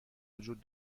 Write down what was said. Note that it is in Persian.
وجود